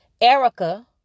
Erica